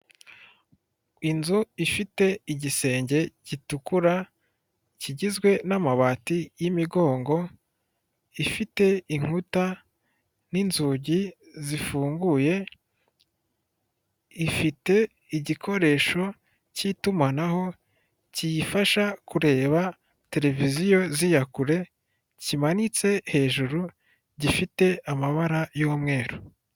Inzu ifite igisenge gitukura kigizwe n'amabati y'imigongo, ifite inkuta n'inzugi zifunguye ifite igikoresho cy'itumanaho kiyifasha kureba televiziyo z'iya kure kimanitse hejuru gifite amabara y'umweru.